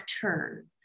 turn